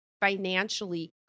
financially